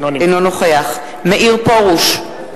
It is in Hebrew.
אינו נוכח מאיר פרוש,